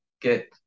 get